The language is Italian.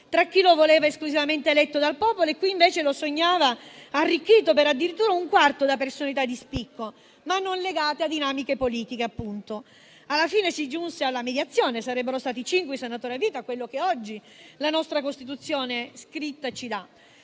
tra chi lo voleva esclusivamente eletto dal popolo e chi invece lo sognava arricchito per addirittura un quarto da personalità di spicco non legate a dinamiche politiche. Alla fine si giunse a una mediazione: sarebbero stati cinque i senatori a vita, come prevede oggi la nostra Costituzione scritta.